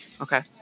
Okay